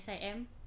SIM